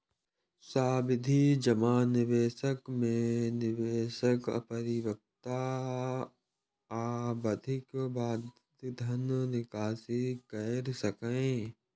सावधि जमा निवेश मे निवेशक परिपक्वता अवधिक बादे धन निकासी कैर सकैए